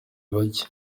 bacye